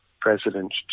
president